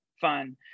fun